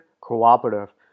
Cooperative